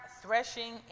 threshing